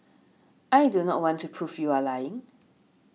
I do not want to prove you are lying